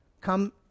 come